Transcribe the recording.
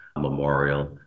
memorial